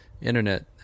internet